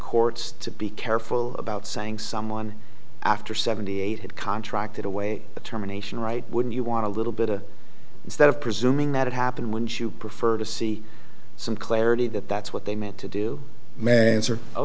courts to be careful about saying someone after seventy eight had contracted away the terminations right wouldn't you want a little bit of instead of presuming that it happened when she would prefer to see some clarity that that's what they meant to do oh